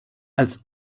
als